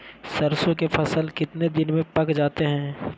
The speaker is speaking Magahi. सरसों के फसल कितने दिन में पक जाते है?